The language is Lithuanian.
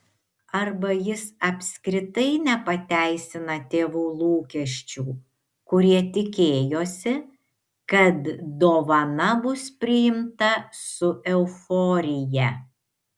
arba jis apskritai nepateisina tėvų lūkesčių kurie tikėjosi kad dovana bus priimta su euforija